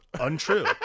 untrue